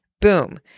Boom